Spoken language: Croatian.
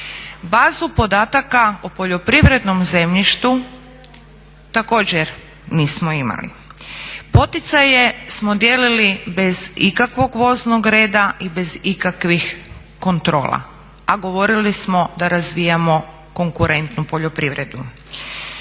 Bazu podataka o poljoprivrednom zemljištu također nismo imali. Poticaje smo dijelili bez ikakvog voznog reda i bez ikakvih kontrola, a govorili smo da razvijemo konkurentnu poljoprivredu.